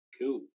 cool